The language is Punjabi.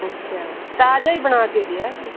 ਅੱਛਾ ਤਾਜ਼ਾ ਹੀ ਬਣਾ ਕੇ ਦਿਓ ਜੀ